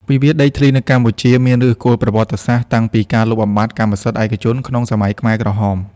វិវាទដីធ្លីនៅកម្ពុជាមានឫសគល់ប្រវត្តិសាស្ត្រតាំងពីការលុបបំបាត់កម្មសិទ្ធិឯកជនក្នុងសម័យខ្មែរក្រហម។